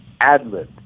AdLib